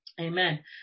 Amen